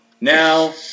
Now